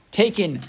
taken